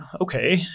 Okay